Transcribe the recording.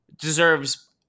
deserves